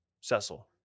Cecil